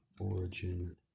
Origin